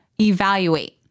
evaluate